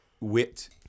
wit